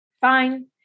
Fine